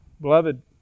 beloved